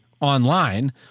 online